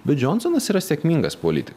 bet džonsonas yra sėkmingas politi